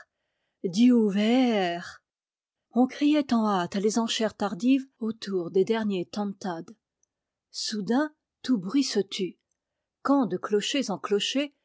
on criait en hâte les enchères tardives autour des derniers tantad soudain tout bruit se tut quand de clochers en clochers